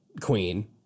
queen